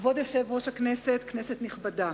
כבוד יושב-ראש הכנסת, כנסת נכבדה,